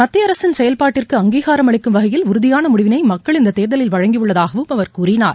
மத்திய அரசின் செயல்பாட்டிற்கு அங்கீகாரம் அளிக்கும் வகையில் உறுதியான முடிவினை மக்கள் இந்த தேர்தலில் வழங்கியுள்ளதாகவும் அவர் கூறினார்